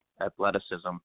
athleticism